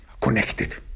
connected